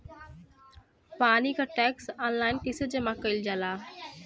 पानी क tax online कईसे जमा कईल जाला?